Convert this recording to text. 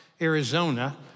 Arizona